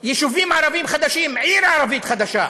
יישובים ערביים חדשים, עיר ערבית חדשה,